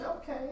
okay